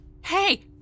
hey